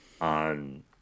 on